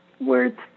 words